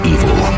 Evil